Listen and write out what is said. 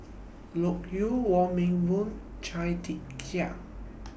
Loke Yew Wong Meng Voon Chia Tee Chiak